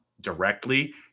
directly